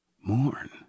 mourn